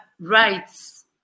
rights